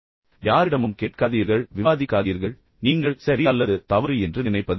யாரிடமும் கேட்காதீர்கள் யாருடனும் விவாதிக்காதீர்கள் ஆனால் நீங்கள் சரி அல்லது தவறு என்று நினைப்பதை நம்புங்கள்